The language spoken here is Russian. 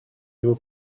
его